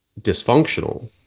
dysfunctional